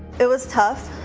it was tough.